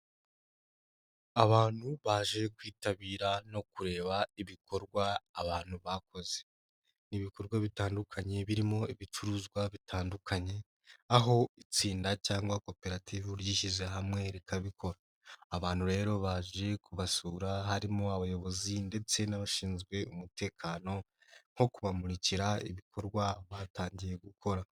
Abantu baje kwitabira no kureba ibikorwa abantu bakoze. Ni ibikorwa bitandukanye birimo ibicuruzwa bitandukanye aho itsinda cyangwa koperative ryishyize hamwe rikabikora. Abantu rero baje kubasura harimo abayobozi ndetse n'abashinzwe umutekano, nko kubamurikira ibikorwa batangiye gukora.